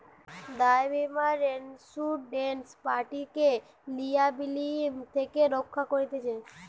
দায় বীমা ইন্সুরেড পার্টিকে লিয়াবিলিটি থেকে রক্ষা করতিছে